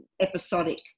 episodic